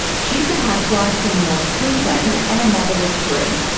she's a housewife from north queensland and a mother of three.